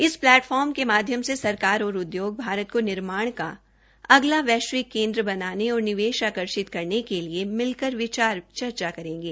इस पलैटफार्म के माध्यम से सरकार और उद्योग भारत को निर्माण का अगला वैश्विक केन्द्र बनाने और निवेश आकर्षित करने के लिए मिलकर विचार चर्चा करेंगे